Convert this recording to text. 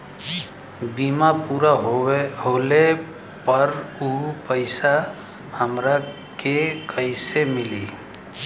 बीमा पूरा होले पर उ पैसा हमरा के कईसे मिली?